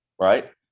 right